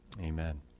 Amen